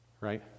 Right